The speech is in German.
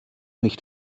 nicht